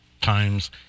times